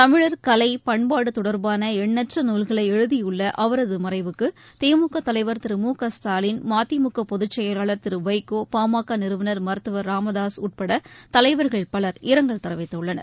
தமிழர் கலை பண்பாடுதொடர்பானஎண்ணற்றநால்களைஎழுதியுள்ளஅவரதுமறைவுக்குதிமுகதலைவர் திரு மு க ஸ்டாலின் மதிமுகபொதுச் செயலாளர் திருவைகோ பாமகநிறுவனர் மருத்துவர் ச ராமதாஸ் உட்படதலைவர்கள் பலர் இரங்கல் தெரிவித்துள்ளனர்